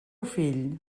fill